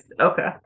okay